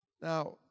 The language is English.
Now